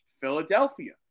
Philadelphia